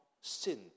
sin